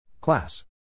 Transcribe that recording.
Class